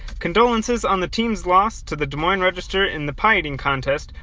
condolences on the team's loss to the des moines register in the pie-eating contest.